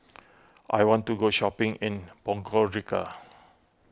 I want to go shopping in Podgorica